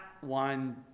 one